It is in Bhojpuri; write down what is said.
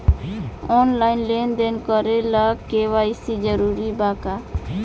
आनलाइन लेन देन करे ला के.वाइ.सी जरूरी बा का?